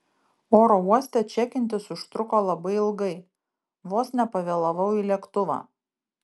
oro uoste čekintis užtruko labai ilgai vos nepavėlavau į lėktuvą